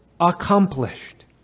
accomplished